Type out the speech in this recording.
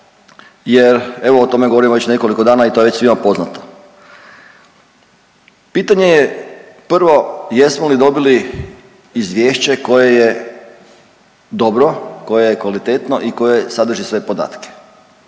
Jer evo o tome govorimo već nekoliko dana i to je već svima poznato. Pitanje je prvo jesmo li dobili izvješće koje je dobro, koje je kvalitetno i koje sadrži sve podatke.